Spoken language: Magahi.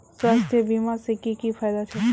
स्वास्थ्य बीमा से की की फायदा छे?